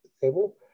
table